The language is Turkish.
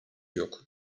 yok